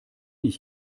ich